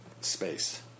space